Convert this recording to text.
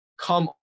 Come